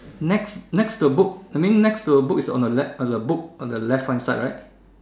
next next to book I mean next to the book is on the left on the book on the left hand side right